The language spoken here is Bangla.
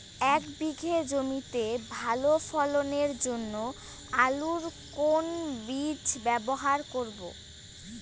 এক বিঘে জমিতে ভালো ফলনের জন্য আলুর কোন বীজ ব্যবহার করব?